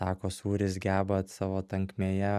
sako sūris geba savo tankmėje